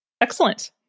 Excellent